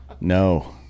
No